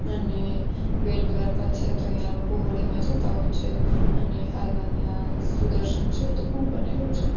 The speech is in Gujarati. અને બેટ દ્વારકા છે તો ત્યાં લોકો હોળીમાં જતા હોય છે અને હાલમાં ત્યાં સુદર્શન સેતુ પણ બનેલો છે